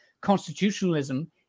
Constitutionalism